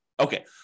Okay